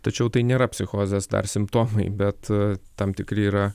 tačiau tai nėra psichozės dar simptomai bet tam tikri yra